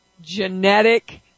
genetic